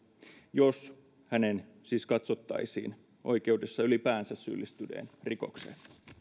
jos hänen siis katsottaisiin oikeudessa ylipäänsä syyllistyneen rikokseen